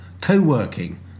co-working